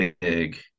big